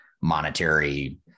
monetary